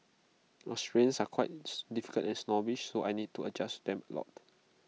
Australians are quite difficult and snobbish so I need to adjust them A lot